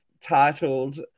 titled